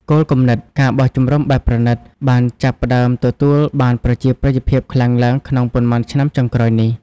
គោលគំនិត ការបោះជំរំបែបប្រណីត បានចាប់ផ្តើមទទួលបានប្រជាប្រិយភាពខ្លាំងឡើងក្នុងប៉ុន្មានឆ្នាំចុងក្រោយនេះ។